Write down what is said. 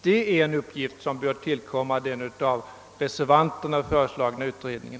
Det är en upp gift som bör tillkomma den av reservanterna föreslagna utredningen.